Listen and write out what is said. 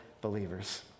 believers